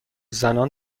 زنان